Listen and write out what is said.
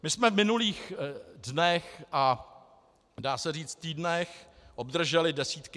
My jsme v minulých dnech, a dá se říct týdnech, obdrželi desítky emailů.